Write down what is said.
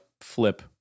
flip